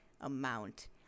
amount